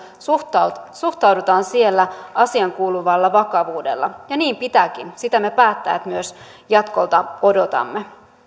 suhtaudutaan suhtaudutaan siellä asiaankuuluvalla vakavuudella ja niin pitääkin sitä me päättäjät myös jatkolta odotamme